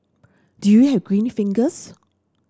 do you have green fingers